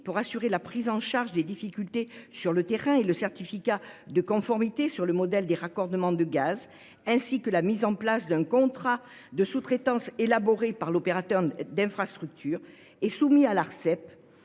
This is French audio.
pour assurer la prise en charge des difficultés sur le terrain, d'un certificat de conformité sur le modèle des raccordements au gaz et d'un contrat de sous-traitance élaboré par l'opérateur d'infrastructure et soumis à l'Arcep